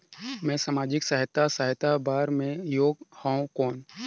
मैं समाजिक सहायता सहायता बार मैं योग हवं कौन?